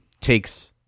takes